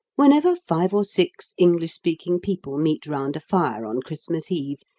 whenever five or six english-speaking people meet round a fire on christmas eve,